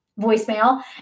voicemail